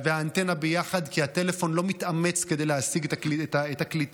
כי הטלפון לא מתאמץ כדי להשיג את הקליטה.